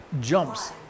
jumps